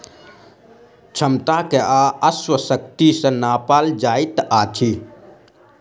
क्षमता के अश्व शक्ति सॅ नापल जाइत अछि